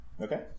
Okay